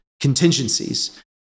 contingencies